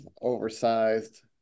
oversized